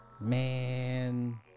Man